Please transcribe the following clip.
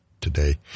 today—